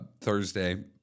Thursday